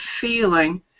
feeling